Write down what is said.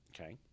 Okay